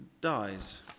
dies